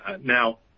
Now